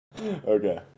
Okay